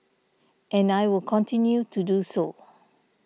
and I will continue to do so